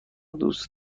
دوست